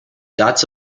dots